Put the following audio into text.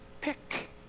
pick